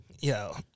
Yo